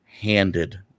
handed